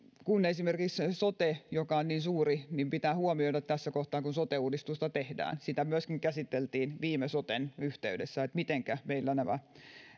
lainsäädäntömuutoksia esimerkiksi sote joka on niin suuri pitää huomioida tässä kohtaa kun sote uudistusta tehdään sitä käsiteltiin myöskin viime soten yhteydessä että mitenkä meillä nämä